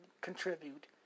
contribute